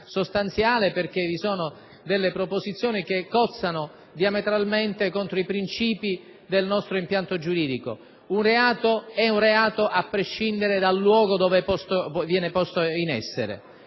sostanziale, perché vi sono proposizioni che cozzano diametralmente contro i principi del nostro impianto giuridico. Un reato è un reato a prescindere dal luogo in cui viene posto in essere;